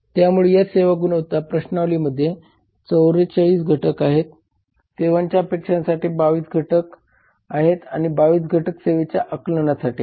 त्यामुळे या सेवा गुणवत्ता प्रश्नावलीमध्ये 44 घटक आहेत सेवांच्या अपेक्षांसाठी 22 घटक आहेत आणि 22 घटक सेवेच्या आकलनासाठी आहेत